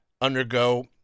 undergo